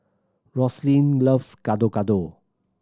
Rosalyn loves Gado Gado